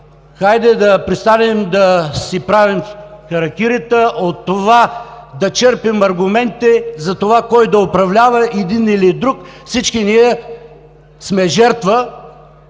хайде да престанем да си правим харакирита, от това да черпим аргументи за това кой да управлява, един или друг. Всички ние сме жертва,